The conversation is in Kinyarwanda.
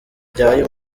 ubyaye